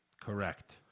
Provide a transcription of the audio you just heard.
Correct